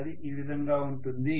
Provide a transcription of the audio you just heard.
అది ఈ విధంగా ఉంటుంది